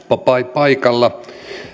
paikalla